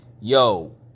yo